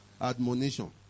admonition